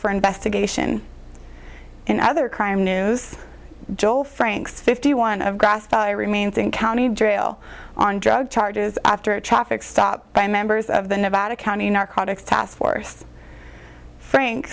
for investigation and other crime news joe franks fifty one of remain thing county jail on drug charges after a traffic stop by members of the nevada county narcotics task force frank